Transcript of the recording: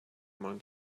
among